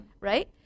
Right